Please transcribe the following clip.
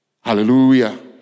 Hallelujah